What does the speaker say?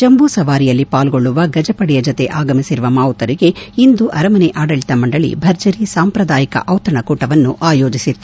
ಜಂಬೂ ಸವಾರಿಯಲ್ಲಿ ಪಾಲ್ಗೊಳ್ಳುವ ಗಜಪಡೆಯ ಜತೆ ಆಗಮಿಸಿರುವ ಮಾವುತರಿಗೆ ಇಂದು ಅರಮನೆ ಆಡಳಿತ ಮಂಡಳಿ ಭರ್ಜರಿ ಸಾಂಪ್ರದಾಯಿಕ ಜಿತಣಕೂಟವನ್ನು ಆಯೋಜಿಸಿತ್ತು